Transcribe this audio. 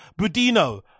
budino